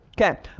Okay